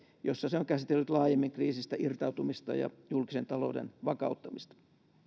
jossa se on käsitellyt laajemmin kriisistä irtautumista ja julkisen talouden vakauttamista